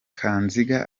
kanziga